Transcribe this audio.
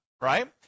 right